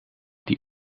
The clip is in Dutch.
die